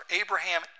Abraham